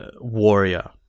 warrior